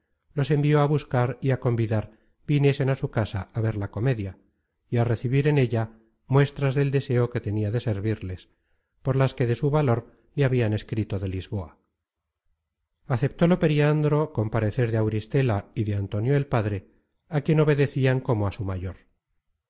los envió á buscar y á convidar viniesen á su casa á ver la comedia y á recebir en ella muestras del deseo que tenia de servirles por las que de su valor le habian escrito de lisboa aceptólo periandro con parecer de auristela y de antonio el padre á quien obedecian como á su mayor